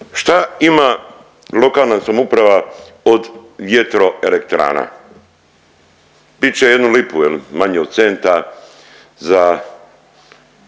Šta ima lokalna samouprava od vjetroelektrana? Bit će jednu lipu je li, manje od centa za